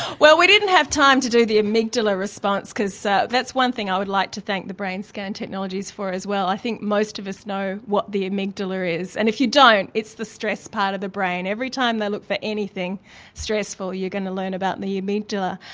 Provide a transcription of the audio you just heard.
well we didn't have time to do the amygdala response cause so that's one thing i would like to thank the brain scan technologies for as well, i think most of us know what the amygdala is. and if you don't, it's the stress part of the brain. every time they look for anything stressful you're going to learn about the amygdala.